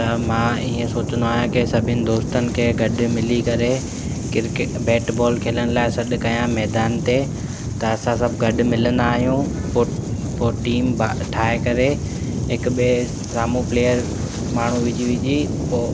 त मां ईअं सोचंदो आहियां की सभिनि दोस्तनि खे गॾु मिली करे क्रिके बैट बॉल खेॾण लाइ सॾु कयां मैदान ते त असां सभु गॾु मिलंदा आहियूं पोइ पोइ टीम बि ठाहे करे हिक ॿिए साम्हूं प्लेयर माण्हू विझी विझी पोइ